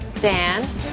Dan